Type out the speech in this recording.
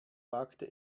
wagte